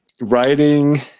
writing